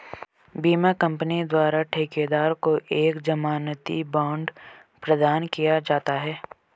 बीमा कंपनी द्वारा ठेकेदार को एक जमानती बांड प्रदान किया जाता है